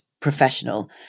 professional